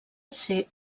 ser